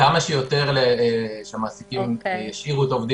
כמה שיותר המעסיקים ישאירו את העובדים